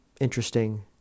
Interesting